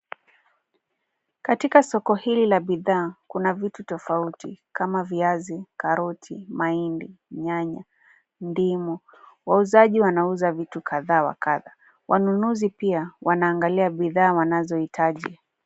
Katika soko hili la bidhaa kuna vitu tofauti kama viazi, karoti, mahindi, nyanya, ndimu. Wauzaji wanauza vitu kadha wa kadha. Wanunuzi pia wanaangalia bidhaa wazohitaji.